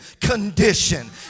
condition